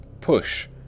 Push